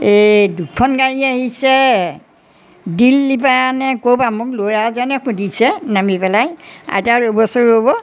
এই দুখন গাড়ী আহিছে দিল্লীৰ পৰানে ক'ৰপৰা মোক ল'ৰা এজনে সুধিছে নামি পেলাই আইতা ৰ'বচোন ৰ'ব